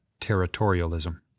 territorialism